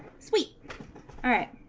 sweet at